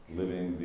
living